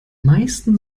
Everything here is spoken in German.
meisten